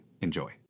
Enjoy